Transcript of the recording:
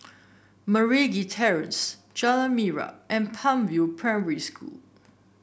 Meragi Terrace Jalan Minyak and Palm View Primary School